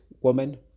woman